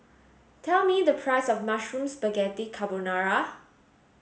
tell me the price of Mushroom Spaghetti Carbonara